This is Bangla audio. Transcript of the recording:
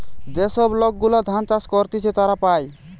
যে সব লোক গুলা ধান চাষ করতিছে তারা পায়